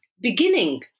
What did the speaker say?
beginning